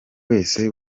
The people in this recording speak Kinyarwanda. wese